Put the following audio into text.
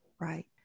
Right